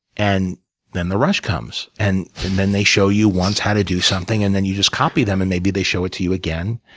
and then the rush comes. and then they show you once how to do something, and then you just copy them, and maybe they show it to you again.